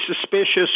suspicious